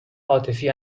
عاطفی